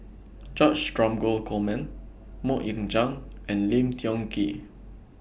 George Dromgold Coleman Mok Ying Jang and Lim Tiong Ghee